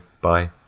bye